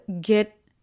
get